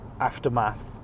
aftermath